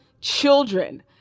children